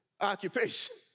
occupation